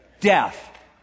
death